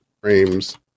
Frames